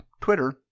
Twitter